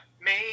make